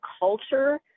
culture